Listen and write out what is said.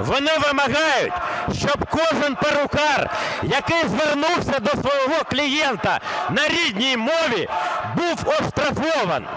вони вимагають, щоб кожен перукар, який звернувся до свого клієнта на рідній мові, був оштрафований.